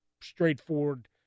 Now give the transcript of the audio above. straightforward